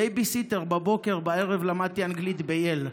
בייביסיטר, בבוקר, ובערב למדתי אנגלית בייל.